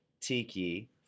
tiki